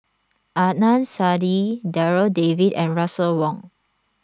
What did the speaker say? Adnan Saidi Darryl David and Russel Wong